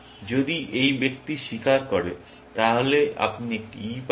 যদি এই ব্যক্তি স্বীকার করে তাহলে আপনি একটি E পাবেন